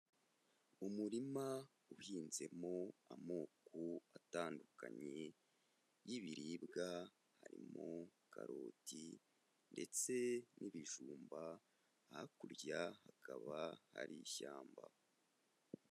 Umurima uhinzemo amoko atandukanye y'ibiribwa, harimo karoti ndetse n'ibijumba, hakurya hakaba hari ishyamba.